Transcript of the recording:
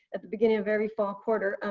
at the beginning of every fall quarter,